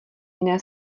jiné